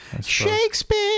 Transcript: Shakespeare